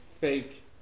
fake